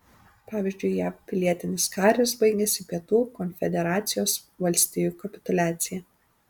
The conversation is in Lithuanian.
pavyzdžiui jav pilietinis karas baigėsi pietų konfederacijos valstijų kapituliacija